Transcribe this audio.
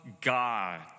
God